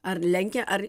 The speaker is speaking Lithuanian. ar lenkia ar